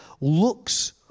looks